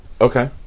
Okay